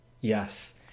Yes